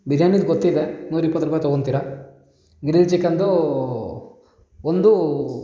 ಬಿರಿಯಾನಿದು ಗೊತ್ತಿದೆ ನೂರ ಇಪ್ಪತ್ತು ರೂಪಾಯಿ ತಗೊಳ್ತೀರಾ ಗ್ರಿಲ್ ಚಿಕನ್ದು ಒಂದು